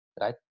right